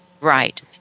Right